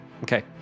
Okay